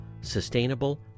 sustainable